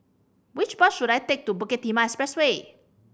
which bus should I take to Bukit Timah Expressway